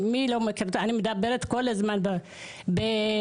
אני מדברת כל הזמן בפתקים,